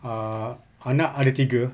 uh anak ada tiga